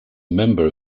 member